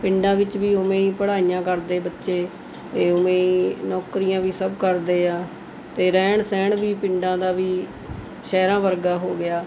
ਪਿੰਡਾਂ ਵਿੱਚ ਵੀ ਉਵੇਂ ਹੀ ਪੜ੍ਹਾਈਆਂ ਕਰਦੇ ਬੱਚੇ ਅਤੇ ਉਵੇਂ ਹੀ ਨੌਕਰੀਆਂ ਵੀ ਸਭ ਕਰਦੇ ਹੈ ਅਤੇ ਰਹਿਣ ਸਹਿਣ ਵੀ ਪਿੰਡਾਂ ਦਾ ਵੀ ਸ਼ਹਿਰਾਂ ਵਰਗਾ ਹੋ ਗਿਆ